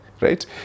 right